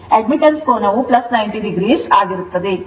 admittance ಕೋನವು 90o ಆಗಿರುತ್ತದೆ